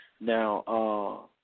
now